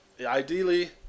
ideally